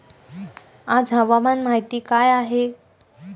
आज हवामान माहिती काय आहे?